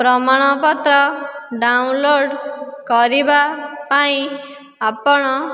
ପ୍ରମାଣପତ୍ର ଡାଉନଲୋଡ଼୍ କରିବା ପାଇଁ ଆପଣ